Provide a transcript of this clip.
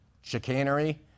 chicanery